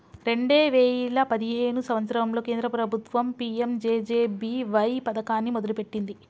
రెండే వేయిల పదిహేను సంవత్సరంలో కేంద్ర ప్రభుత్వం పీ.యం.జే.జే.బీ.వై పథకాన్ని మొదలుపెట్టింది